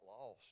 lost